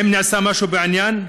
2. האם נעשה משהו בעניין?